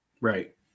right